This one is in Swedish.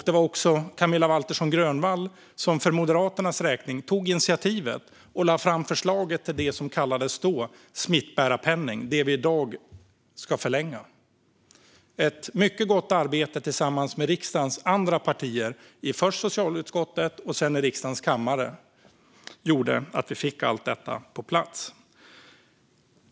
Det var också Camilla Waltersson Grönvall som för Moderaternas räkning tog initiativ till och lade fram förslaget till det som då kallades smittbärarpenning och som vi i dag ska förlänga. Ett mycket gott arbete tillsammans med riksdagens andra partier, först i socialutskottet och sedan i riksdagens kammare, ledde till att allt detta kom på plats.